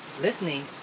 listening